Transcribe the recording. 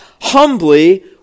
humbly